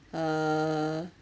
err